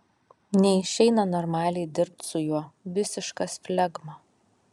neišeina normaliai dirbt su juo visiškas flegma